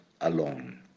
alone